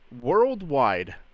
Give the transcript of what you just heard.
worldwide